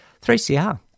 3CR